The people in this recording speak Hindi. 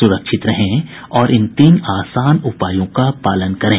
सुरक्षित रहें और इन तीन आसान उपायों का पालन करें